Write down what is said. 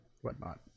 whatnot